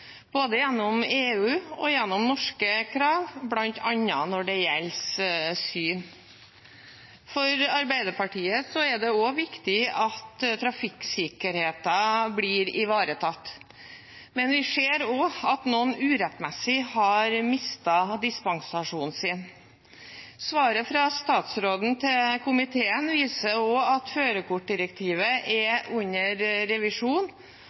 både gjennom EU og gjennom norske krav, bl.a. når det gjelder syn. For Arbeiderpartiet er det viktig at trafikksikkerheten blir ivaretatt, men vi ser også at noen urettmessig har mistet dispensasjonen sin. Svaret fra statsråden til komiteen viser at førerkortdirektivet er under revisjon, og at